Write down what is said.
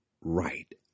right